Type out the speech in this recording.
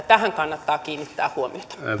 tähän kannattaa kiinnittää huomiota